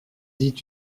dit